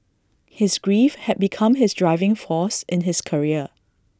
his grief had become his driving force in his career